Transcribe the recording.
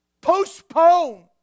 Postpone